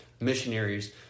missionaries